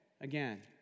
again